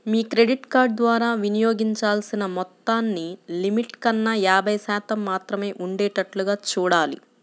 మీ credit card ద్వారా వినియోగించాల్సిన మొత్తాన్ని లిమిట్ కన్నా యాభై శాతం మాత్రమే ఉండేటట్లుగా చూడాలి